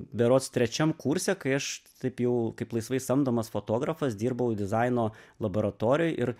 berods trečiam kurse kai aš taip jau kaip laisvai samdomas fotografas dirbau dizaino laboratorijoj ir